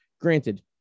granted